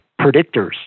predictors